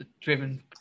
driven